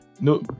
No